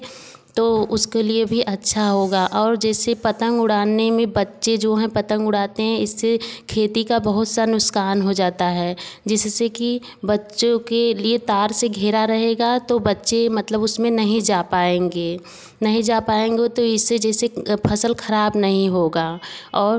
तो उसके लिए भी अच्छा होगा और जैसे पतंग उड़ाने में बच्चे जो हैं पतंग उड़ाते हैं इससे खेती का बहुत सा नुकसान हो जाता है जिससे कि बच्चों के लिए तार से घेरा रहेगा तो बच्चे मतलब उसमें नहीं जा पाएँगे नहीं जा पाएँगे तो इससे जैसे फ़सल खराब नहीं होगा और